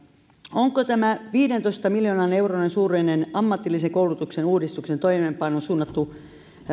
onko tämä viidentoista miljoonan euron suuruinen ammatillisen koulutuksen uudistuksen toimeenpanoon suunnattu